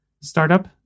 startup